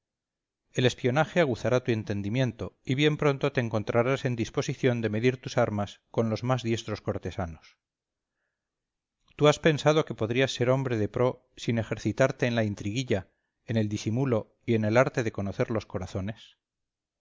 el espionaje aguzará tu entendimiento y bien pronto te encontrarás en disposición de medir tus armas con los más diestros cortesanos tú has pensado que podrías ser hombre de pro sin ejercitarte en la intriguilla en el disimulo y en el arte de conocer los corazones